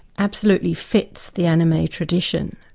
absolutely fits the anime tradition.